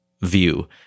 view